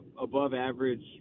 above-average